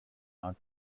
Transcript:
not